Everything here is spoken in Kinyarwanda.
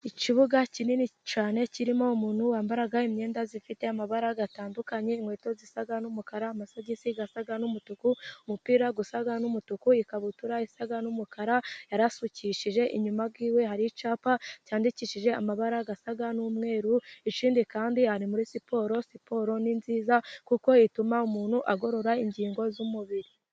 Ikibuga kinini cyane kirimo umuntu wambara imyenda ifite amabara gatandukanye, inkweto zisa n'umukara amagisi asa n'umutuku ,umupira usa n'umutuku , ikabutura isa n'umukara . Yarasukishije inyuma y'iwe hari icyapa cyandikishije amabara asa n'umweru ikindi kandi ari muri siporo . Siporo ni nziza kuko ituma umuntu agorora ingingo z'umubiri.